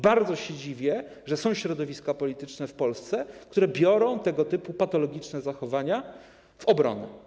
Bardzo się dziwię, że są środowiska polityczne w Polsce, które biorą tego typu patologiczne zachowania w obronę.